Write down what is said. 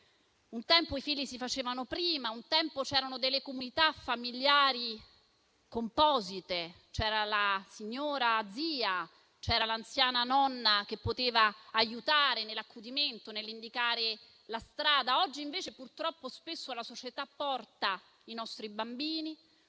Un tempo i figli si facevano prima e c'erano comunità familiari composite: c'era la signora zia e c'era l'anziana nonna, che poteva aiutare nell'accudimento e ad indicare la strada; oggi invece, purtroppo, spesso la società porta i nostri bambini